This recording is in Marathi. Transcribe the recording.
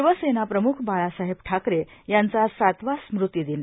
शिवसेनाप्रमुख बाळासाहेब ठाकरे यांचा आज सातवा स्मृतिदिन